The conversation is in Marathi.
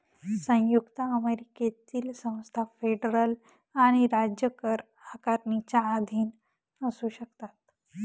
संयुक्त अमेरिकेतील संस्था फेडरल आणि राज्य कर आकारणीच्या अधीन असू शकतात